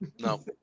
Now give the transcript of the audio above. no